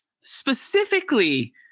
specifically